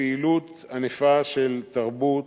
פעילות ענפה של תרבות,